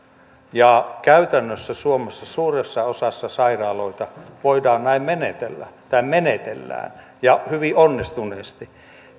ja käytännössä suomessa suuressa osassa sairaaloita näin menetellään ja hyvin onnistuneesti